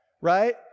right